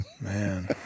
Man